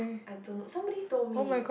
I don't know somebody told me